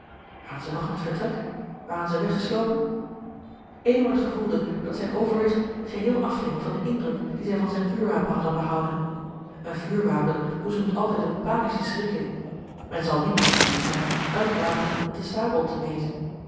zij nog in het vertrek waren zij weggeslopen eduard gevoelde dat zijn overwigt geheel afhing van den indruk dien zij van zijn vuurwapen hadden behouden een vuurwapen boezemt altijd een panischen schrik in men zal niet bevreesd zijn elk wapen met de sabel te meten